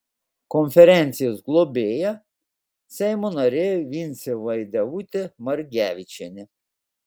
konferencijos globėja seimo narė vincė vaidevutė margevičienė